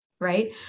right